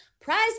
prize